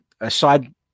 Aside